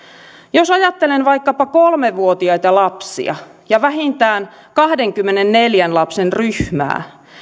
jos ajattelen vaikkapa kolmevuotiaita lapsia ja vähintään kahdenkymmenenneljän lapsen ryhmää